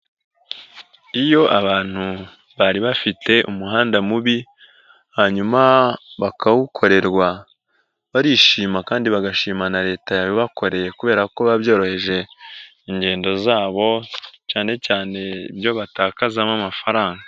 Iyo abantu bari bafite umuhanda mubi hanyuma bakawukorerwa, barishima kandi bagashimana na leta yabibakoreye kubera ko ba byoroheje ingendo zabo cyane cyane ibyo batakazamo amafaranga.